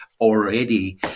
already